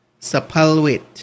Sapalwit